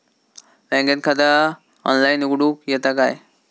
बँकेत खाता ऑनलाइन उघडूक येता काय?